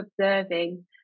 observing